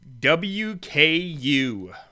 WKU